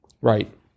Right